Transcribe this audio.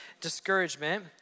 discouragement